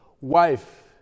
wife